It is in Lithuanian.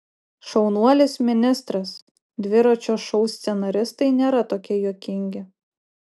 šaunuolis ministras dviračio šou scenaristai nėra tokie juokingi